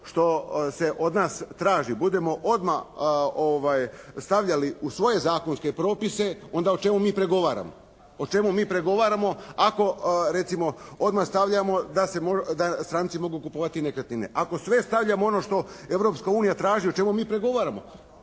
što se od nas traži budemo odmah stavljali u svoje zakonske propise onda o čemu mi pregovaramo. O čemu mi pregovaramo ako recimo odmah stavljamo da stranci mogu kupovati nekretnine, ako sve stavljamo ono što Europska unija traži, o čemu mi pregovaramo?